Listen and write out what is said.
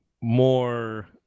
more